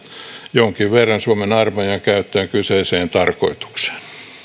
jonkin verran suomen armeijan käyttöön kyseiseen tarkoitukseen